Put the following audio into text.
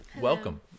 Welcome